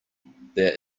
there